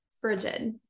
frigid